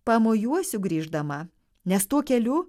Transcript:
pamojuosiu grįždama nes tuo keliu